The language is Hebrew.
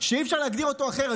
שאי-אפשר להגדיר אותו אחרת,